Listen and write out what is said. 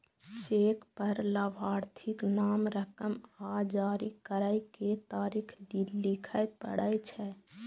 cheque पर लाभार्थीक नाम, रकम आ जारी करै के तारीख लिखय पड़ै छै